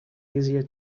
easier